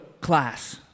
class